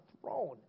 throne